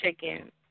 chicken